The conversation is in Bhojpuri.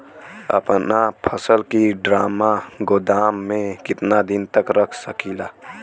अपना फसल की ड्रामा गोदाम में कितना दिन तक रख सकीला?